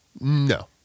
No